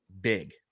big